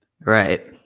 Right